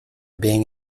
being